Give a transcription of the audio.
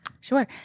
Sure